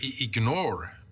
ignore